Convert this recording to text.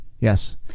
yes